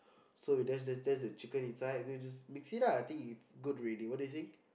so we dash just just the chicken inside then we just mix it lah I think is good already what do you think